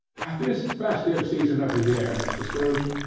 at this festive season of the year, mr. scrooge,